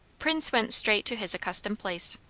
prince went straight to his accustomed place.